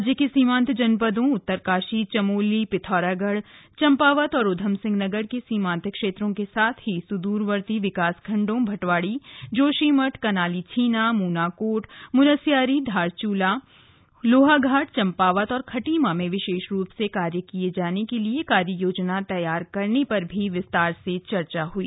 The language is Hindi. राज्य के सीमांत जनपदों उत्तरकाशी चमोली पिथौरागढ़ चम्पावत और उधमसिंहनगर के सीमान्त क्षेत्रों के साथ ही सुदूरवर्ती विकासखण्डों भटवाड़ी जोशीमठ कनालीछीना मूनाकोट मुनस्यारी धारचूला लोहाघाट चम्पावत और खटीमा में विशेष रूप से कार्य किए जाने के लिए तु कार्ययोजनाएं तैयार करने पर भी विस्तार से चर्चा हुई